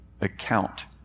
account